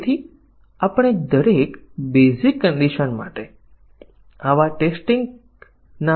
તેથી 100 ટકા શાખા કવરેજ પ્રાપ્ત કર્યા પછી પણ આ ભૂલને શોધી શકશે નહીં